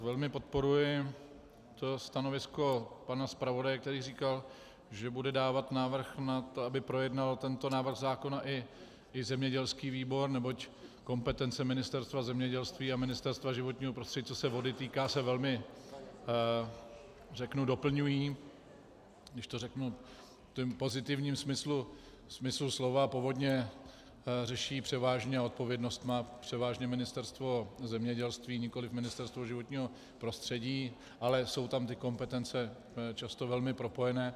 Velmi podporuji stanovisko pana zpravodaje, který říkal, že bude dávat návrh na to, aby projednal tento návrh zákona i zemědělský výbor, neboť kompetence Ministerstva zemědělství a Ministerstva životního prostředí, co se vody týká, se velmi doplňují, když to řeknu v pozitivním smyslu slova, povodně řeší převážně a odpovědnost má převážně Ministerstvo zemědělství, nikoliv Ministerstvo životního prostředí, ale jsou tam ty kompetence velmi často propojeny.